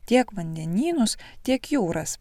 tiek vandenynus tiek jūras